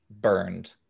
burned